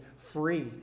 free